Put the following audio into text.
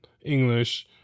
English